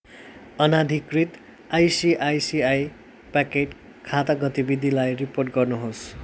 अनाधिकृत् ICICI pocket खाता गतिविधिलाई report गर्नुहोस्